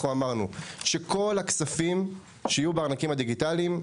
אנחנו אמרנו שכל הכספים שיהיו בארנקים הדיגיטליים,